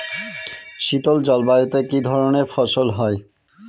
শীতল জলবায়ুতে কি ধরনের ফসল হয়?